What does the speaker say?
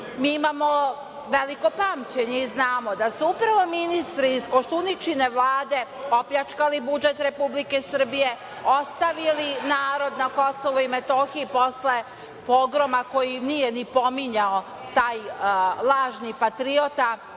imamo veliko pamćenje i znamo da su upravo ministri iz Koštuničine Vlade opljačkali budžet Republike Srbije, ostavili narod na Kosovu i Metohiji posle pogroma koji nije ni pominjao taj lažni patriota